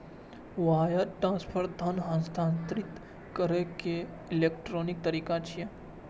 wire transfer धन हस्तांतरित करै के इलेक्ट्रॉनिक तरीका छियै